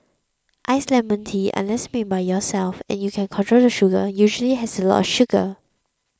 iced lemon tea unless made by yourself and you can control the sugar usually has a lot of sugar